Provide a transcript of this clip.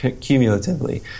cumulatively